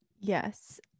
Yes